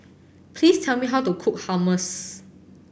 please tell me how to cook Hummus